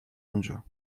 اونجا